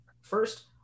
first